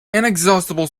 inexhaustible